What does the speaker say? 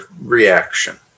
reaction